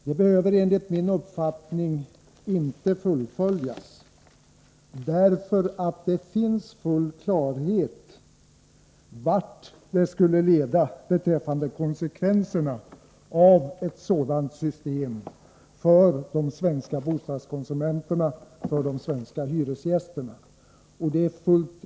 Det behöver enligt min uppfattning inte fullföljas, därför att det finns full klarhet om vilka konsekvenser ett sådant system skulle få för de svenska bostadskonsumenterna och för de svenska hyresgästerna.